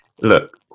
look